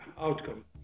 outcome